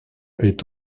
est